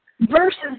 versus